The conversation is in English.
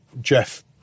Jeff